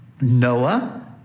Noah